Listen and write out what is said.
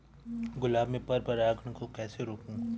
गुलाब में पर परागन को कैसे रोकुं?